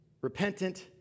repentant